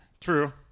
True